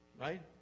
right